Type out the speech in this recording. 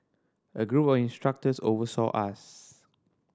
a group of instructors oversaw us